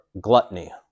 gluttony